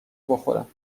بخورم